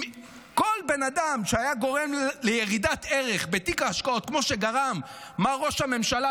כל בן אדם שהיה גורם לירידת ערך בתיק ההשקעות כמו שגרם מר ראש הממשלה,